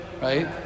right